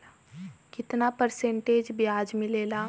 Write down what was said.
कितना परसेंट ब्याज मिलेला?